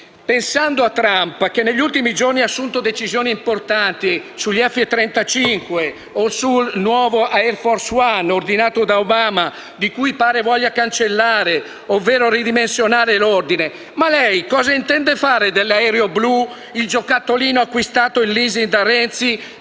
Pensando a Trump, che negli ultimi giorni ha assunto decisioni importanti sugli F35 o sul nuovo Air Force One, ordinato da Obama, di cui pare voglia cancellare ovvero ridimensionare l'ordine, lei cosa intende fare dell'aereo blu, il giocattolino acquistato in *leasing* da Renzi